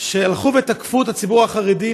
שתקפו את הציבור החרדי,